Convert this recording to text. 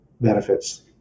benefits